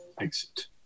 Exit